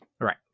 Right